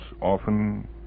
often